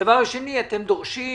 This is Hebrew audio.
דבר שני, אתם דורשים